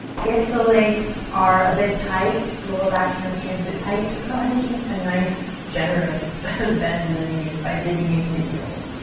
if the legs are a bit tight, lower back, hamstrings a bit tight, just go ahead and keep a nice generous bend in the knees by digging into the heels.